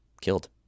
killed